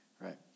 Right